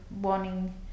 wanting